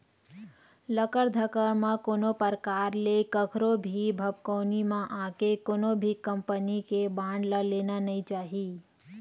लकर धकर म कोनो परकार ले कखरो भी भभकउनी म आके कोनो भी कंपनी के बांड ल लेना नइ चाही